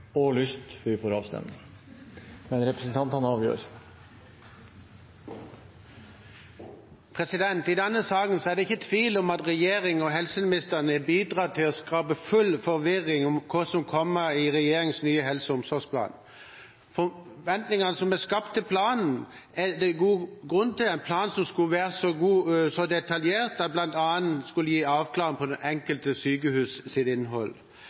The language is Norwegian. og lyst før vi får avstemning. Men det er representantene som avgjør. I denne saken er det ikke tvil om at regjeringen og helseministeren har bidratt til å skape full forvirring om hva som kommer i regjeringens nye helse- og omsorgsplan. Forventningene som er skapt til planen, er det god grunn til – en plan som skulle være så detaljert at den bl.a. skulle gi en avklaring knyttet til innholdet for det enkelte sykehus.